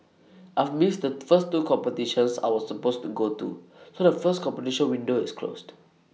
I've missed the first two competitions I was supposed to go to so the first competition window is closed